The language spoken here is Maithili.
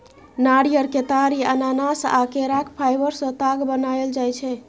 नारियर, केतारी, अनानास आ केराक फाइबर सँ ताग बनाएल जाइ छै